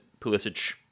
Pulisic